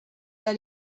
that